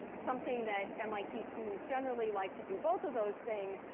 something that mit students generally like to do both of those things,